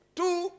two